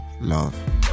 love